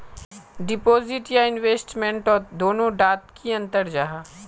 Deposit या investment तोत दोनों डात की अंतर जाहा?